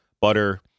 butter